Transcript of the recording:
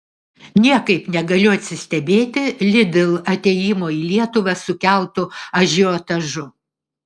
niekaip negaliu atsistebėti lidl atėjimo į lietuvą sukeltu ažiotažu